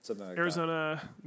Arizona